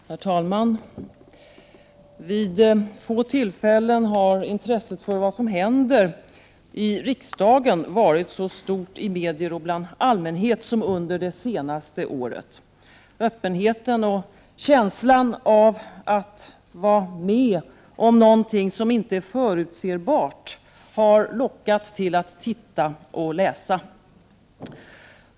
Herr talman! Vid få tillfällen har intresset för vad som händer i riksdagen varit så stort i medier och bland allmänhet som under det senaste året. Öppenheten och känslan av att vara med om något som inte är förutsebart har lockat till att titta och läsa.